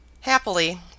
Happily